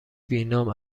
بینام